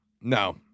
No